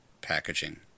packaging